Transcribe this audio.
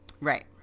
Right